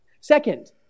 Second